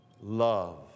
love